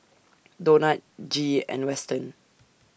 Donat Gee and Weston